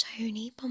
Tony